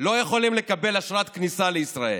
לא יכולים לקבל אשרת כניסה לישראל.